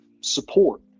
support